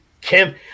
Kim